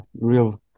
Real